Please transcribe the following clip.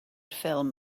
ffilm